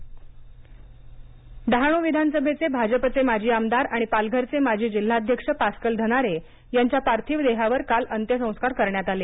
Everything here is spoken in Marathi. धनारे निधन डहाणू विधानसभेचे भाजपचे माजी आमदार आणि पालघरचे माजी जिल्हाध्यक्ष पास्कल धनारे यांच्या पार्थिव देहावर काल अंत्यसंस्कार कण्यात आले